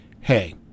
hey